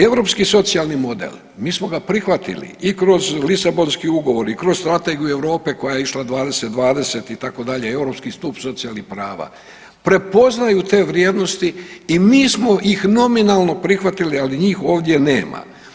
Europski socijalni model, mi smo ga prihvatili i kroz Lisabonski ugovor i kroz Strategiju Europe koja je išla 2020 itd., Europski stup socijalnih prava prepoznaju te vrijednosti i mi smo ih nominalno prihvatili, ali njih ovdje nema.